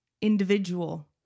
individual